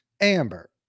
Amber